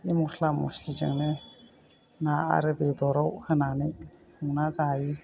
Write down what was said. बे मस्ला मस्लिजोंनो ना आरो बेदराव होनानै संना जायो